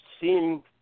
seem